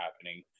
happening